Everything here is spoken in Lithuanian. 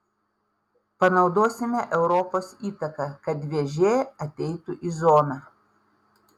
panaudosime europos įtaką kad vėžė ateitų į zoną